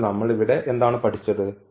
അതിനാൽ നമ്മൾഇവിടെ എന്താണ് പഠിച്ചത്